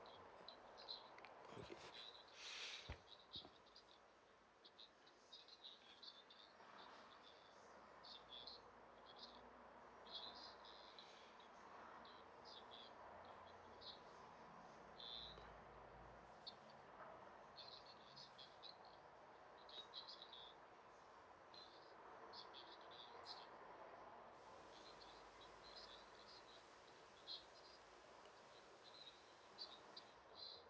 okay